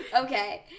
Okay